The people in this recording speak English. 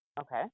Okay